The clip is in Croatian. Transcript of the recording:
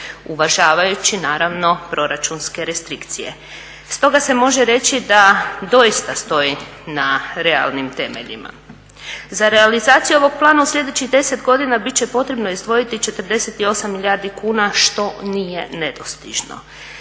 uvažavajući naravno proračunske restrikcije. Stoga se može reći da doista stoji na realnim temeljima. Za realizaciju ovog plana u sljedećih 10 godina bit će potrebno izdvojiti 48 milijardi kuna što nije nedostižno.